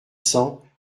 cents